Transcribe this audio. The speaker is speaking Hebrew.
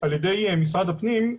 על ידי משרד הפנים,